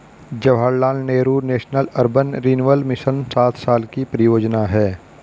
Jawaharlal Nehru national urban renewal mission सात साल की परियोजना है